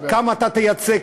כמה אתה תייצא,